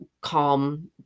calm